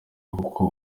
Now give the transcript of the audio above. kuko